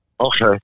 Okay